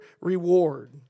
reward